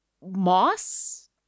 moss